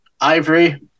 Ivory